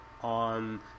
on